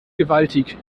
gewaltig